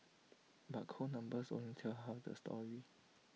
but cold numbers only tell half the story